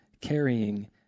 carrying